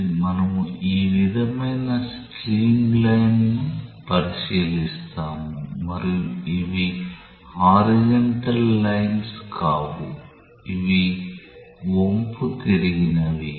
కాబట్టి మనము ఈ విధమైన స్ట్రీమ్లైన్ను పరిశీలిస్తాము మరియు ఇవి హారిజాంటల్ లైన్స్ కావు ఇవి వంపు తిరిగినవి